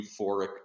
euphoric